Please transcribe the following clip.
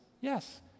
yes